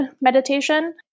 meditation